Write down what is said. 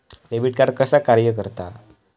Debit card कसा कार्य करता?